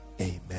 amen